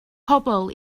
pobl